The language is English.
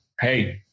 Hey